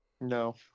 No